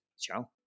ciao